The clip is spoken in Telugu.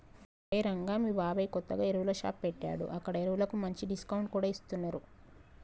ఒరేయ్ రంగా మీ బాబాయ్ కొత్తగా ఎరువుల షాప్ పెట్టాడు అక్కడ ఎరువులకు మంచి డిస్కౌంట్ కూడా ఇస్తున్నరు